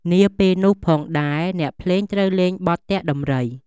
នាពេលនោះផងដែរ អ្នកភ្លេងត្រូវលេង បទទាក់ដំរី។